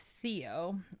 Theo